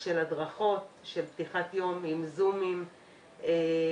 של הדרכות, של פתיחת יום עם זום, התמקצעות.